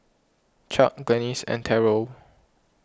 Chuck Glennis and Terrell